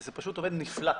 זה פשוט עובד נפלא.